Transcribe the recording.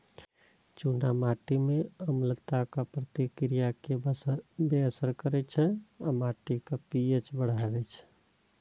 चूना माटि मे अम्लताक प्रतिक्रिया कें बेअसर करै छै आ माटिक पी.एच बढ़बै छै